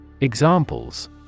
Examples